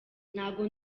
ntago